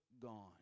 gone